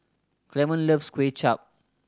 Clemon loves Kuay Chap